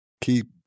keep